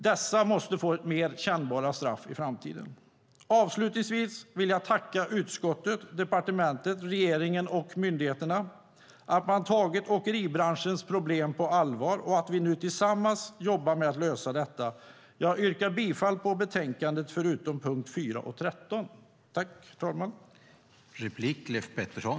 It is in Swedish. Dessa måste få mer kännbara straff i framtiden. Avslutningsvis vill jag tacka utskottet, departementet, regeringen och myndigheterna för att man har tagit åkeribranschens problem på allvar och att vi nu tillsammans jobbar med att lösa detta. Jag yrkar bifall på utskottets förslag bortsett från punkterna 4 och 13.